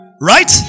right